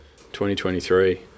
2023